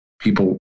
people